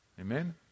Amen